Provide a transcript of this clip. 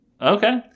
Okay